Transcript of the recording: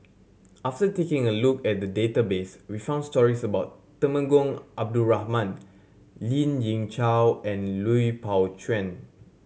after taking a look at the database we found stories about Temenggong Abdul Rahman Lien Ying Chow and Lui Pao Chuen